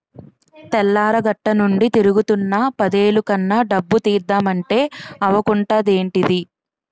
తెల్లారగట్టనుండి తిరుగుతున్నా పదేలు కన్నా డబ్బు తీద్దమంటే అవకుంటదేంటిదీ?